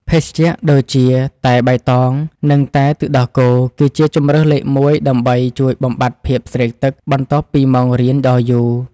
ភេសជ្ជៈដូចជាតែបៃតងនិងតែទឹកដោះគោគឺជាជម្រើសលេខមួយដើម្បីជួយបំបាត់ភាពស្រេកទឹកបន្ទាប់ពីម៉ោងរៀនដ៏យូរ។